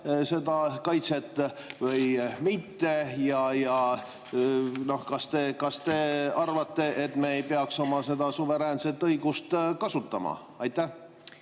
anda kaitset või mitte anda. Kas te arvate, et me ei peaks oma suveräänset õigust kasutama? Aitäh!